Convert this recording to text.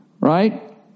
right